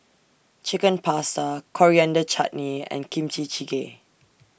Chicken Pasta Coriander Chutney and Kimchi Jjigae